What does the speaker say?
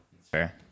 Fair